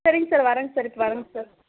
சரிங்க சார் வர்றங்க சார் இப்போ வர்றங்க சார்